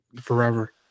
forever